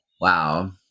Wow